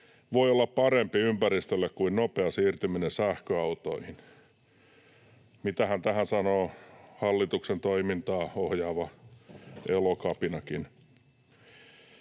voi olla parempi ympäristölle kuin nopea siirtyminen sähköautoihin”. Mitähän tähän sanoo hallituksen toimintaa ohjaava Elokapinakin?